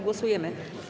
Głosujemy.